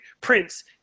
Prince